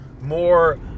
more